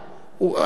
הסתייגות דיבור.